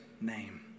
name